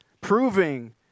proving